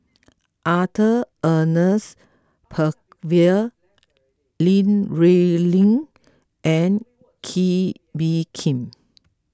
Arthur Ernest Percival Li Rulin and Kee Bee Khim